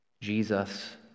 Jesus